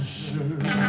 sure